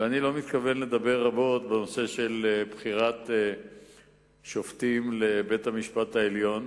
אני לא מתכוון לדבר רבות בנושא של בחירת שופטים לבית-המשפט העליון.